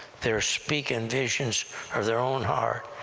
they're speaking visions of their own heart,